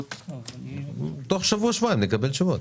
תוך שבוע-שבועיים נקבל תשובות.